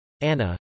Anna